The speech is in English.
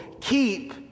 Keep